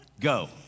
go